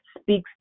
speaks